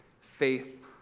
faith